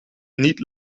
niet